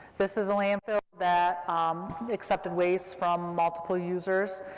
this is a landfill that um accepted waste from multiple users,